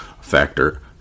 factor